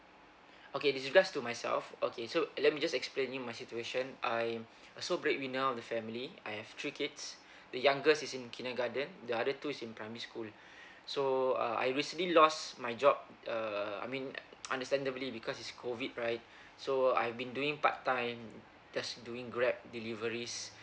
okay this is regards to myself okay so let me just explaining my situation I'm a sole bread winner of the family I have three kids the youngest is in kindergarten the other two is in primary school so uh I recently lost my job uh I mean understandably because it's COVID right so I've been doing part time just doing grab deliveries